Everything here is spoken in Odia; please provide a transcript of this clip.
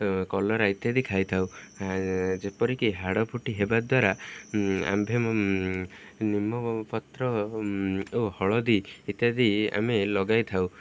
କଲରା ଇତ୍ୟାଦି ଖାଇଥାଉ ଯେପରିକି ହାଡ଼ ଫୁଟି ହେବା ଦ୍ୱାରା ଆମ୍ଭେ ନିମ ପତ୍ର ଓ ହଳଦୀ ଇତ୍ୟାଦି ଆମେ ଲଗାଇ ଥାଉ